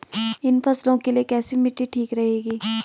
इन फसलों के लिए कैसी मिट्टी ठीक रहेगी?